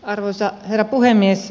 arvoisa herra puhemies